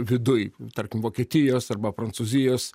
viduj tarkim vokietijos arba prancūzijos